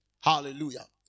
Hallelujah